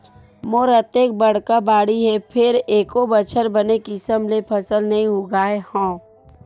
मोर अतेक बड़का बाड़ी हे फेर एको बछर बने किसम ले फसल नइ उगाय हँव